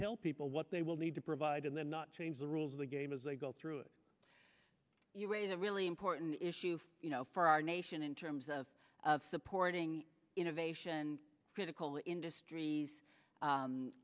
tell people what they will need to provide and then not change the rules of the game as they go through it you raise a really important issue for our nation in terms of supporting innovation critical industries